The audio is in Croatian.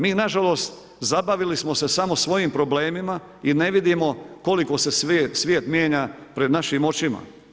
Mi nažalost zabavili smo se samo svojim problemima i ne vidimo koliko se svijet mijenja pred našim očima.